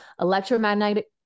electromagnetic